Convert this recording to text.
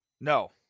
No